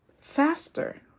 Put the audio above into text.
faster